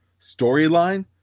storyline